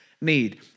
need